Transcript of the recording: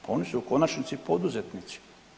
Pa oni u konačnici poduzetnici.